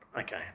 Okay